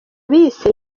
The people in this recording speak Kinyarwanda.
bise